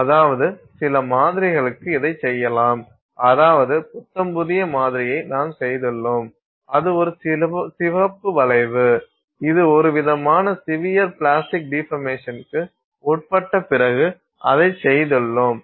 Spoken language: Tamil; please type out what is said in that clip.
அதாவது சில மாதிரிகளுக்கு இதைச் செய்யலாம் அதாவது புத்தம் புதிய மாதிரியை நாம் செய்துள்ளோம் அது ஒரு சிவப்பு வளைவு இது ஒருவிதமான சிவியர் பிளாஸ்டிக் டீபர்மேஷன்க்கு உட்பட்ட பிறகு அதைச் செய்துள்ளோம்